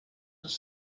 les